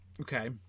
okay